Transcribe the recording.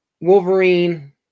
Wolverine